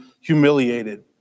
humiliated